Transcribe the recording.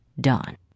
done